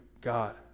God